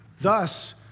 Thus